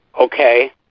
okay